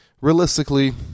realistically